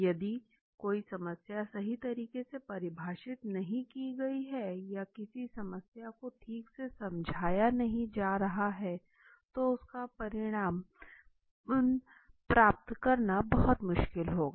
यदि कोई समस्या सही तरह से परिभाषित नहीं की गई है या किसी समस्या को ठीक से समझाया नहीं जा रहा है तो उसका परिणाम प्राप्त करना बहुत मुश्किल होगा